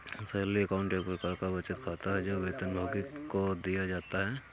salary account एक प्रकार का बचत खाता है, जो वेतनभोगी को दिया जाता है